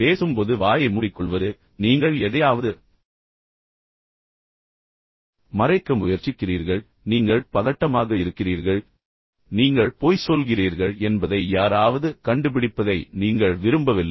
பேசும்போது வாயை மூடிக்கொள்வது நீங்கள் எதையாவது மறைக்க முயற்சிக்கிறீர்கள் பொய் சொல்கிறீர்கள் என்று அர்த்தம் ஆனால் அதே நேரத்தில் நீங்கள் பதட்டமாக இருக்கிறீர்கள் ஏனென்றால் நீங்கள் உண்மையில் பொய் சொல்கிறீர்கள் என்பதை யாராவது கண்டுபிடிப்பதை நீங்கள் விரும்பவில்லை